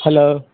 hello